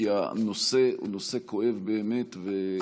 כי הנושא הוא נושא כואב באמת ומחייב טיפול.